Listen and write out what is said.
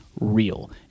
real